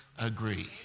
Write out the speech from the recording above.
agree